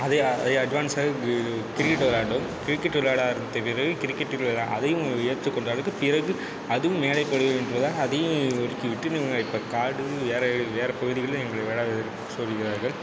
அதை அதை அட்வான்ஸாக கிரிக்கெட்டு விளையாண்டோம் கிரிக்கெட் விளையாட ஆரம்பித்த பிறகு கிரிக்கெட்டு விளையாட அதையும் ஏற்றுக்கொண்ட அதுக்கு பிறகு அதுவும் மேலே படும் என்பதால் அதையும் ஒதுக்கிவிட்டு இவங்க இப்போ காடு வேறு வேறு பகுதிகளில் எங்களை விளையாட சொல்லியிருக்கிறார்கள்